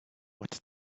what